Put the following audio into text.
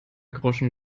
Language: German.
groschen